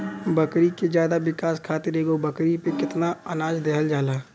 बकरी के ज्यादा विकास खातिर एगो बकरी पे कितना अनाज देहल जाला?